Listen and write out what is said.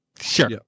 Sure